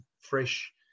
fresh